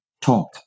talk